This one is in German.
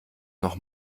noch